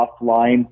offline